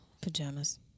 Pajamas